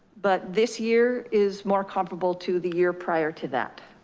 but this year is more comparable to the year prior to that.